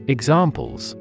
Examples